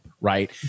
Right